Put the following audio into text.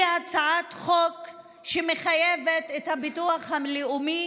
היא הצעת חוק שמחייבת את הביטוח הלאומי